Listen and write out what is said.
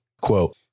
quote